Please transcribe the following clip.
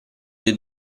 dei